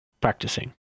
practicing